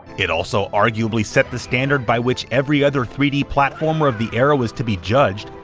it also arguably set the standard by which every other three d platformer of the era was to be judged,